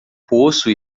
poço